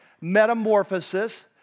Metamorphosis